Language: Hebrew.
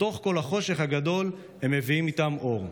בתוך כל החושך הגדול הם מביאים איתם אור.